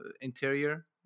interior